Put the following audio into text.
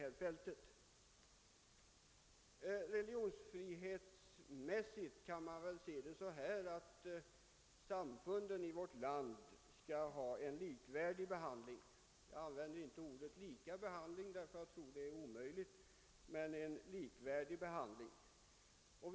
När det gäller religionsfrihet bör samfunden i vårt land få en likvärdig behandling — jag använder inte ordet lika behandling, eftersom jag tror att det är omöjligt att åstadkomma.